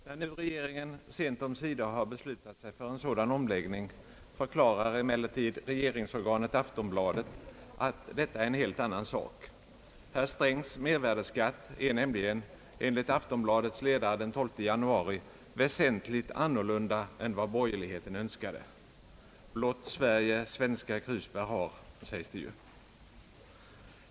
Herr talman! Att oppositionen länge krävt att den nuvarande omsättningsskatten skall läggas om till en mervärdeskatt kan socialdemokraterna givetvis inte förneka. När nu regeringen sent omsider beslutat sig för en sådan omläggning, förklarar emellertid regeringsorganet Aftonbladet att detta är en helt annan sak. Herr Strängs mervärdeskatt är nämligen — enligt Aftonbladets 1edare den 12 januari — väsentligt annorlunda än vad borgerligheten önskade. »Blott Sverige svenska krusbär har», sägs det ju.